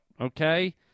okay